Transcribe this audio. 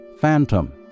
phantom